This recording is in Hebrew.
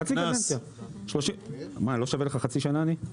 חצי קדנציה, מה אני לא שווה לך חצי שנה אני?